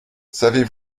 savez